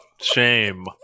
Shame